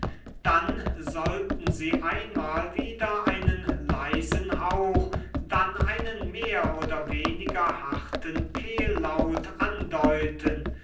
dann sollten sie einmal wieder einen leisen hauch dann einen mehr oder weniger harten kehllaut andeuten